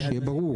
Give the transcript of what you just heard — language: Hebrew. שיהיה ברור.